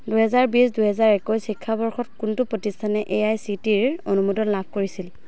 দুই হেজাৰ বিছ দুই হেজাৰ একৈছ শিক্ষাবৰ্ষত কোনটো প্ৰতিষ্ঠানে এ আই চি টি ৰ অনুমোদন লাভ কৰিছিল